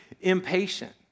impatient